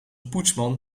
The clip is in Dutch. poetsman